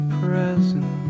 present